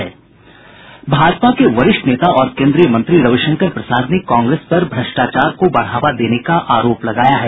भाजपा के वरिष्ठ नेता और केंद्रीय मंत्री रविशंकर प्रसाद ने कांग्रेस पर भ्रष्टाचार को बढावा देने का आरोप लगाया है